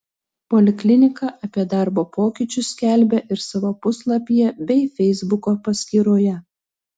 poliklinika apie darbo pokyčius skelbia ir savo puslapyje bei feisbuko paskyroje